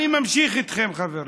אני ממשיך איתכם, חברים.